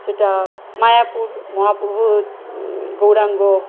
যেটা মায়াপুর মহাপ্রভু গৌরাঙ্গ